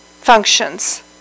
functions